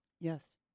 Yes